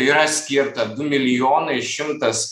yra skirta du milijonai šimtas